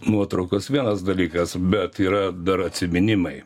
nuotraukos vienas dalykas bet yra dar atsiminimai